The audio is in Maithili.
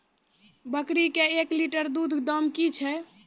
बकरी के एक लिटर दूध दाम कि छ?